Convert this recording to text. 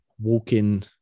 walk-in